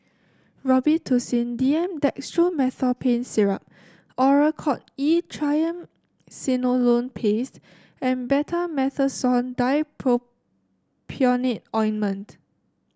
Robitussin D M Dextromethorphan Syrup Oracort E Triamcinolone Paste and Betamethasone Dipropionate Ointment